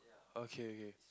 okay K